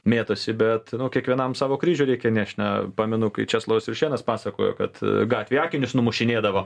mėtosi bet kiekvienam savo kryžių reikia nešt na pamenu kai česlovas juršėnas pasakojo kad gatvėj akinius numušinėdavo